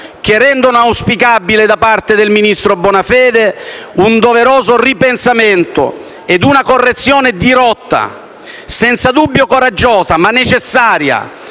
che rendono auspicabile, da parte del ministro Bonafede, un doveroso ripensamento e una correzione di rotta, senza dubbio coraggiosa, ma necessaria